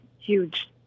huge